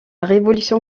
révolution